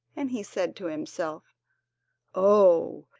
and he said to himself oh,